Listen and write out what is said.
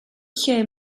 lle